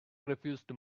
refused